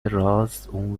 راست، اون